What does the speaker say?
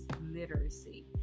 literacy